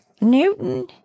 Newton